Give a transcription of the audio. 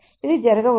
ఇది జరగవచ్చు